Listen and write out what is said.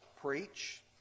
preach